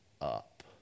up